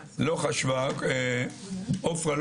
עפרה,